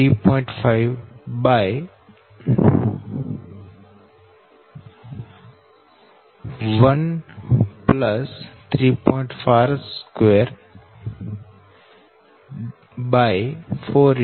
121log 3